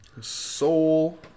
Soul